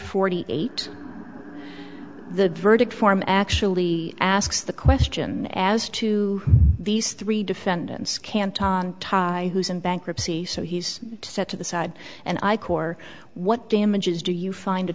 forty eight the verdict form actually asks the question as to these three defendants can't on tie in bankruptcy so he's said to the side and i cor what damages do you find a